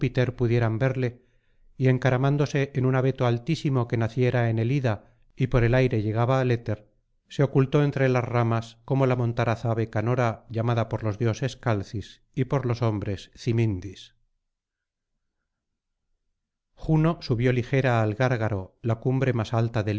pudieran verle y encaramándose en un abeto altísimo que naciera en el ida y por el aire llegaba al éter se ocultó entre las ramas como la montaraz ave canora llamada por los dioses calcis y por los hombres simi juno subió ligera al gárgaro la cumbre más alta del